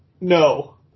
No